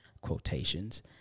quotations